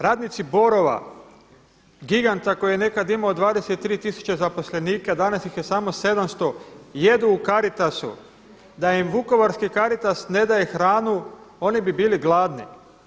Radnici Borova, giganta koji je nekad imao 23 tisuće zaposlenika, danas ih je samo 700, jedu u Caritasu, da im Vukovarski Caritas ne daju hranu oni bi bili gladni.